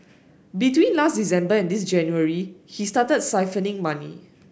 between last December and this January he started siphoning money